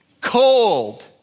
cold